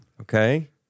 Okay